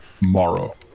morrow